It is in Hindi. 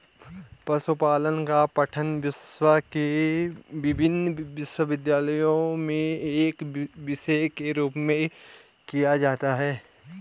पशुपालन का पठन विश्व के विभिन्न विश्वविद्यालयों में एक विषय के रूप में किया जा रहा है